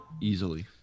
Easily